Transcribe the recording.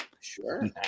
Sure